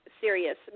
serious